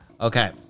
Okay